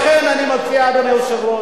לכן אני מציע, אדוני היושב-ראש,